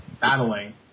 battling